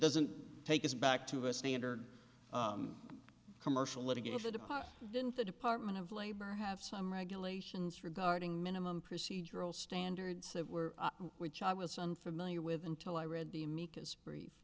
doesn't take us back to a standard commercial litigation apart didn't the department of labor have some regulations regarding minimum procedural standards that were which i was unfamiliar with until i read the amicus brief